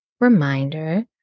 reminder